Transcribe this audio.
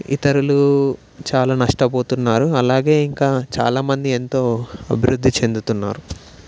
ఇతరులు చాలా నష్టపోతున్నారు అలాగే ఇంకా చాలామంది ఎంతో అభివృద్ధి చెందుతున్నారు